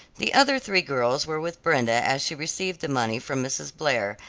the other three girls were with brenda as she received the money from mrs. blair,